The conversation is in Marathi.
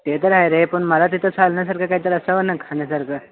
ते तर आहे रे पण मला तिथं चालण्यासारखं काय तर असावं ना खाण्यासारखं